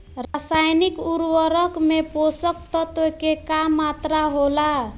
रसायनिक उर्वरक में पोषक तत्व के की मात्रा होला?